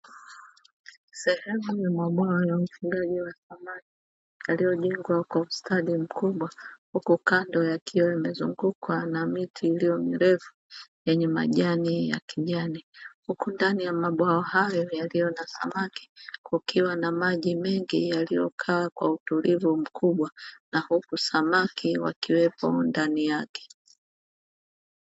Sehemu ya mabwawa ya ufugaji wa samaki yaliyojengwa kwa ustadi mkubwa, huku kando yakiwa yamezungukwa na miti iliyo mirefu yenye majani ya kijani, huku ndani ya mabwawa hayo yaliyo na samaki kukiwa na maji mengi yaliyo kaa kwa utulivu mkubwa na huku samaki wakiwepo ndani yake.